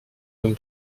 than